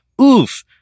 Oof